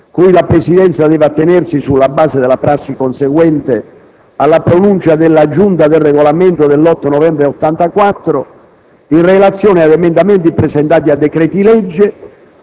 Alla luce dei criteri particolarmente rigorosi cui la Presidenza deve attenersi sulla base della prassi conseguente alla pronuncia della Giunta per il Regolamento dell'8 novembre 1984,